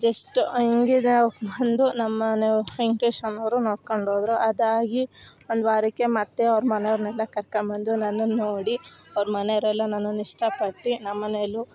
just ಹಂಗೇ ಬಂದು ನಮ್ಮ ಮನೆಯವ್ರು ವೆಂಕಟೇಶ್ ಅನ್ನೋರು ನೋಡ್ಕೊಂಡ್ ಹೋದ್ರು ಅದಾಗಿ ಒಂದು ವಾರಕ್ಕೆ ಮತ್ತು ಅವ್ರ ಮನೆಯವರ್ನೆಲ್ಲ ಕರ್ಕೊಂಬಂದು ನನ್ನನ್ನು ನೋಡಿ ಅವ್ರ ಮನೆಯವ್ರೆಲ್ಲಾ ನನ್ನನ್ನು ಇಷ್ಟ ಪಟ್ಟು ನಮ್ಮ ಮನೇಲು